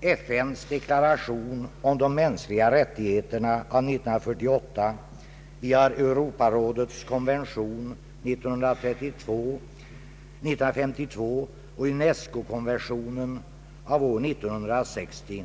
FN:s deklaration om de mänskliga rättigheterna av 1948, vi har Europarådets konvention av 1952 och UNESCO-konventionen av år 1960.